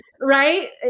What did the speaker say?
Right